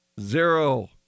zero